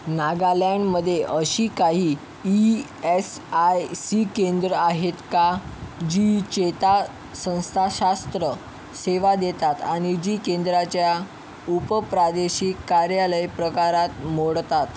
नागालँडमध्ये अशी काही ई एस आय सी केंद्रं आहेत का जी चेतासंस्थाशास्त्र सेवा देतात आणि जी केंद्राच्या उपप्रादेशिक कार्यालय प्रकारात मोडतात